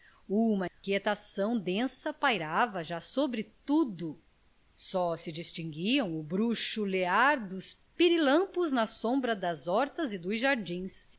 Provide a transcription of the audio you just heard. uma quietação densa pairava já sobre tudo só se distinguiam o bruxulear dos pirilampos na sombra das hortas e dos jardins